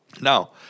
Now